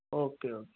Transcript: okay okay